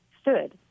stood